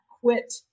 quit